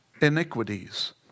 iniquities